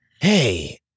Hey